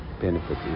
benefit